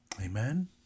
Amen